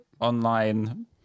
online